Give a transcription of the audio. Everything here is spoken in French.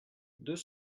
deux